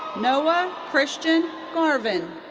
noah christian garvin.